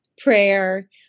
prayer